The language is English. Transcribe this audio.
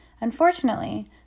Unfortunately